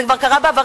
זה כבר קרה בעבר,